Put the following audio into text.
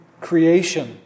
creation